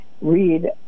read